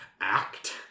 act